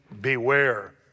beware